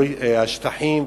השטחים,